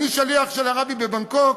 אני שליח של הרבי בבנגקוק,